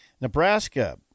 Nebraska